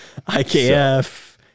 IKF